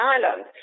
Ireland